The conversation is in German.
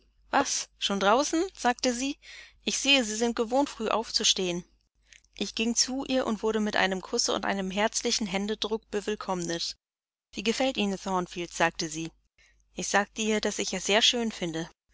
schon draußen sagte sie ich sehe sie sind gewöhnt früh aufzustehen ich ging zu ihr und wurde mit einem kusse und einem herzlichen händedruck bewillkommt wie gefällt ihnen thornfield fragte sie ich sagte ihr daß ich es sehr schön fände